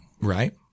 Right